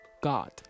God